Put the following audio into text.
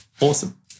awesome